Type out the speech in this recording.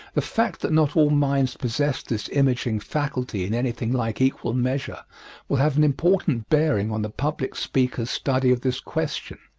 the fact that not all minds possess this imaging faculty in anything like equal measure will have an important bearing on the public speaker's study of this question.